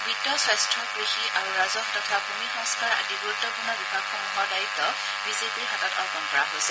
বিত্ত স্বাস্থ্য কৃষি আৰু ৰাজহ তথা ভূমি সংস্থাৰ আদি গুৰুত্বপূৰ্ণ বিভাগসমূহৰ দাযত্ বিজেপিৰ হাতত অৰ্পণ কৰা হৈছে